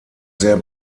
sehr